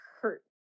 hurt